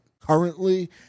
currently